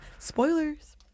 Spoilers